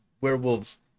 werewolves